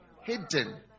Hidden